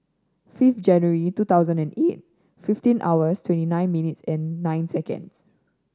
fifth January two thousand and eight fifteen hours twenty nine minutes and nine seconds